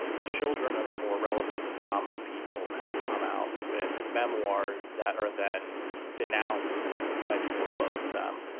children of or relatives of prominent people have come out with memoirs that are then denounced by people close to them.